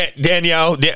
Danielle